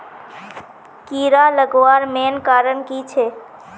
कीड़ा लगवार मेन कारण की छे?